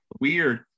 weird